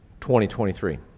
2023